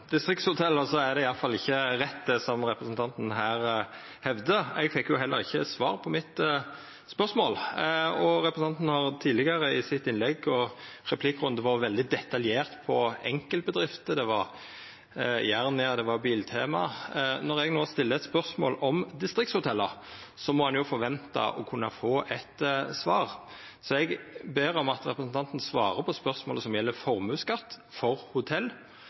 distriktshotell, er det iallfall ikkje rett det som representanten her hevdar. Eg fekk heller ikkje svar på mitt spørsmål. Representanten har tidlegare, i sitt innlegg og i replikkrunden, vore veldig detaljert på enkeltbedrifter – som Jernia og Biltema. Når eg no stiller eit spørsmål om distriktshotell, må ein forventa å kunna få eit svar. Så eg ber om at representanten svarar på spørsmålet, som gjeld formuesskatt for hotell: